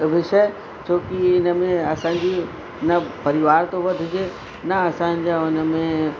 विषय छो कि इन में असांजी न परिवार थो वधिजे न असांजो उन में